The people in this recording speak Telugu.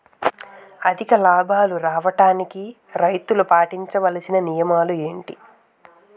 అధిక లాభాలు రావడానికి రైతులు పాటించవలిసిన నియమాలు ఏంటి